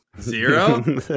zero